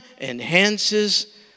enhances